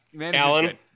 Alan